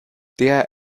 der